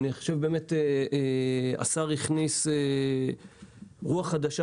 השר הכניס רוח חדשה,